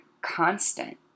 constant